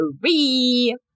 three